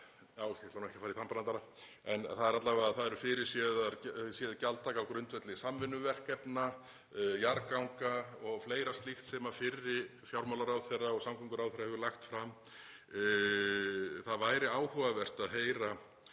— ég ætla nú ekki að fara í þann brandara en það er alla vega fyrirséð gjaldtaka á grundvelli samvinnuverkefna, jarðganga og fleira slíkt sem fyrri fjármálaráðherra og samgönguráðherra hefur lagt fram. Það væri áhugavert að heyra